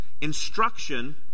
Instruction